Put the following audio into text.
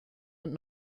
und